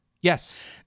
Yes